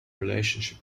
relationship